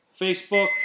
Facebook